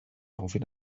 ofyn